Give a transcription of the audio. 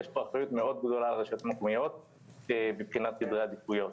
יש פה אחריות מאוד גדולה על הרשויות המקומיות מבחינת סדרי עדיפויות.